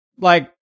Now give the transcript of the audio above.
Like-